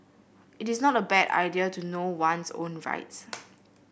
it is not a bad idea to know one's own rights